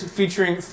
featuring